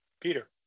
Peter